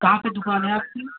कहाँ पर दुकान है आपकी